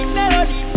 melody